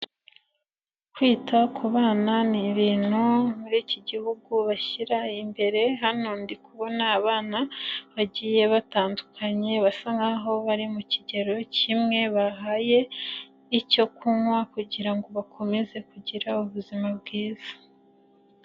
Kwita ku bana ni ibintu muri iki gihugu bashyira imbere, hano ndi kubona abana bagiye batandukanye basa nkaho bari mu kigero kimwe bahaye icyo kunywa kugira ngo bakomeze kugira ubuzima bwiza.